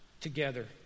together